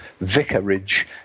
Vicarage